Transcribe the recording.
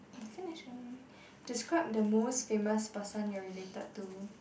I am finishing describe the most famous person you are related to